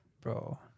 bro